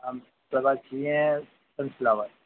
sir हमको चाहिए sunflower